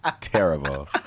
terrible